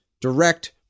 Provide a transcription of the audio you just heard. direct